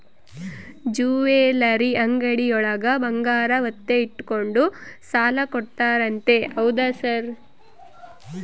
Jewellery ಅಂಗಡಿಯೊಳಗ ಬಂಗಾರ ಒತ್ತೆ ಇಟ್ಕೊಂಡು ಸಾಲ ಕೊಡ್ತಾರಂತೆ ಹೌದಾ ಸರ್?